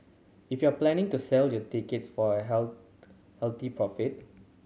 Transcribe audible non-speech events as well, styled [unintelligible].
if you're planning to sell your tickets for a [unintelligible] healthy profit